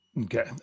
Okay